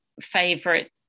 favorite